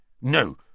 No